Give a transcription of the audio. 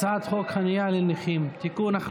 הצעת חוק חניה לנכים (תיקון,